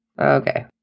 Okay